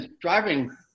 Driving